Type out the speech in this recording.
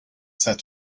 said